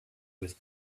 with